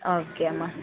okay అమ్మ